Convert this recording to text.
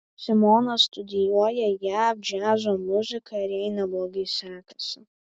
simona studijuoja jav džiazo muziką ir jai neblogai sekasi